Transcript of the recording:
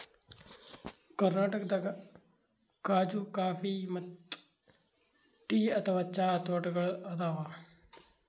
ಕರ್ನಾಟಕದಾಗ್ ಖಾಜೂ ಕಾಫಿ ಮತ್ತ್ ಟೀ ಅಥವಾ ಚಹಾ ತೋಟಗೋಳ್ ಅದಾವ